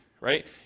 right